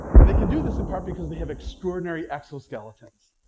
and they can do this in part because they have extraordinary exoskeletons.